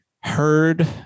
heard